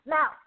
Now